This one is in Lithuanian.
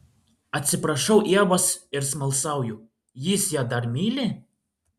atsiprašau ievos ir smalsauju jis ją dar myli